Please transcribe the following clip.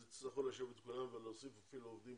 אז יצטרכו לשבת עם כולם ולהוסיף אפילו עובדים